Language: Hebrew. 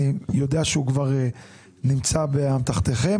אני יודע שהוא נמצא אצלכם.